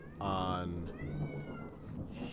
on